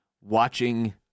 watching